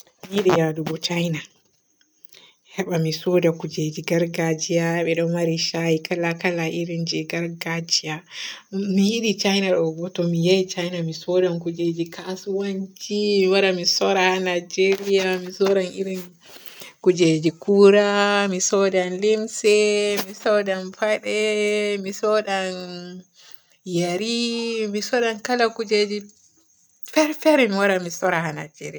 Mi yiɗi yadugo China heba mi sooda kujeji gargajiya beɗo mari shayi kala kala iri je gargajiya. Mi yiɗi China ɗo bo to mi yehi China mi soodan kujeji kasuwanci mi wara mi soora haa Nigeria. Mi soodan iri kujeji koola, mi soodan limse, mi soodan pade, mi soodan umm yeri, mi soodan kala kujeji fer fere mi waara mi soora haa Nigeria.